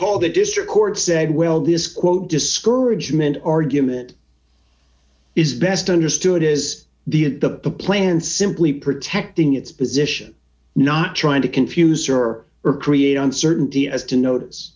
call the district court said well this quote discouragement argument is best understood is the of the plan simply protecting its position not trying to confuse her or create uncertainty as to notice